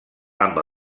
amb